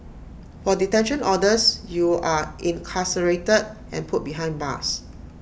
for detention orders you are incarcerated and put behind bars